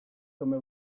come